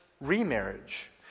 remarriage